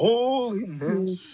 Holiness